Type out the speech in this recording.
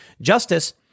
Justice